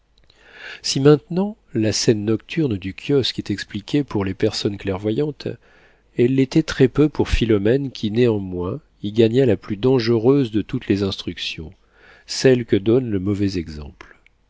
si maintenant la scène nocturne du kiosque est expliquée pour les personnes clairvoyantes elle l'était très-peu pour philomène qui néanmoins y gagna la plus dangereuse de toutes les instructions celle que donne le mauvais exemple